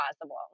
possible